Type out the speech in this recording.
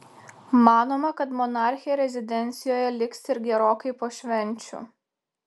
manoma kad monarchė rezidencijoje liks ir gerokai po švenčių